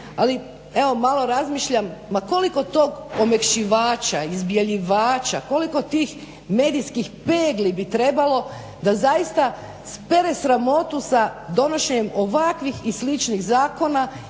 ali evo malo razmišljam, ma koliko tog omekšivača, izbjeljivača, koliko tih medijskih pegli bi trebalo da zaista spere sramotu s donošenjem ovakvih i sličnih zakona